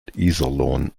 iserlohn